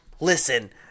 Listen